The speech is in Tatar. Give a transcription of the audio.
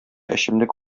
эчемлек